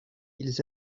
ils